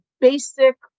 basic